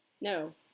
No